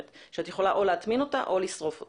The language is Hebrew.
שאת יכולה או להטמין אותה או לשרוף אותה.